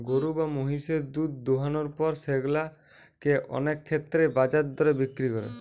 গরু বা মহিষের দুধ দোহানোর পর সেগুলা কে অনেক ক্ষেত্রেই বাজার দরে বিক্রি করে